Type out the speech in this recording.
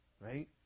right